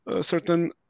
certain